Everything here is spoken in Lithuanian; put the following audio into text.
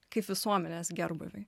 kaip visuomenės gerbūviui